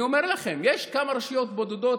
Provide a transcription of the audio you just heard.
אני אומר לכם: יש כמה רשויות בודדות,